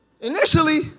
Initially